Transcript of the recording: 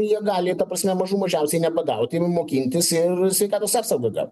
jie gali ta prasme mažų mažiausiai nebadauti mokintis ir sveikatos apsaugą gaut